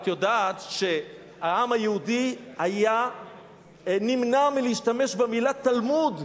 את יודעת שהעם היהודי נמנע מלהשתמש במלה "תלמוד",